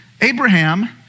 Abraham